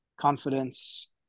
confidence